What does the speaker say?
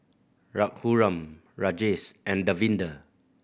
Raghuram Rajesh and Davinder